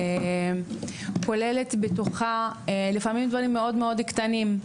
שכוללת בתוכה לפעמים גם דברים מאוד מאוד קטנים,